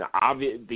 obvious